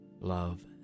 love